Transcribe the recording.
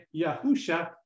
Yahusha